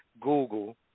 Google